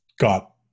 got